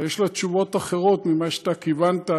אבל יש לה תשובות אחרות ממה שאתה כיוונת,